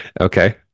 okay